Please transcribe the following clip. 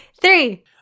three